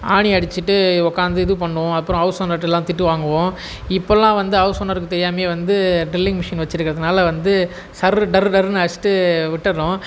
ஆணி அடிச்சுட்டு உட்கார்ந்து இது பண்ணுவோம் அப்புறோம் ஹவுஸ் ஓனர்ட்டெலாம் திட்டு வாங்குவோம் இப்போல்லாம் வந்து ஹவுஸ் ஓனருக்கு தெரியாமைலே வந்து ட்ரில்லிங் மிஷின் வச்சுருக்கறதுனால வந்து சர்ரு டர்ரு டர்ருன்னு அடிச்சுட்டு விட்டுடறோம்